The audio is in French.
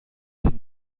ainsi